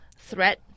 threat